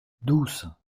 douce